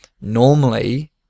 normally